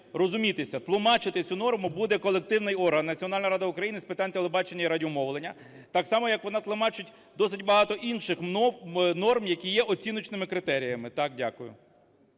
розумітися. Тлумачити цю норму буде колективний орган – Національна рада України з питань телебачення і радіомовлення, так само як вона тлумачить досить багато інших норм, які є оціночними критеріями, так. Дякую.